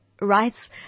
rights